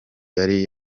yari